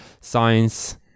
science